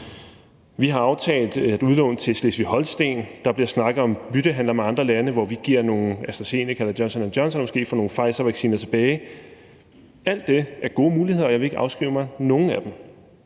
vi har aftalt et udlån til Slesvig-Holsten; der bliver snakket om byttehandler med andre lande, hvor vi giver nogle AstraZeneca-vcciner eller Johnson & Johnson-vacciner og måske får nogle Pfizer-BioNTech-vacciner tilbage. Alt det er gode muligheder, og jeg vil ikke afskrive mig nogen af dem.